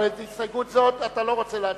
אבל על הסתייגות זאת, אתה לא רוצה להצביע.